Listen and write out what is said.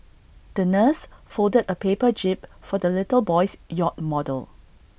the nurse folded A paper jib for the little boy's yacht model